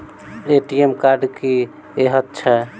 ATM card की हएत छै?